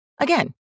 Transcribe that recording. Again